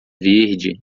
verde